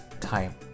time